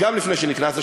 גם לפני שנכנסת,